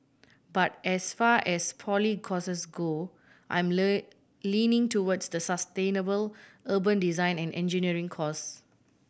but as far as poly courses go I'm leaning towards the sustainable urban design and engineering course